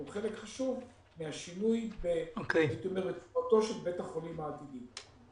והוא חלק חשוב מהשינוי --- של בית החולים העתידי.